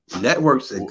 Networks